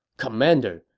commander,